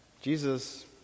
Jesus